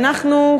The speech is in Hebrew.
אנחנו,